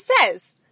says